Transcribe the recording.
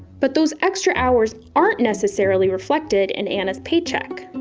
but those extra hours aren't necessarily reflected in anna's paycheck.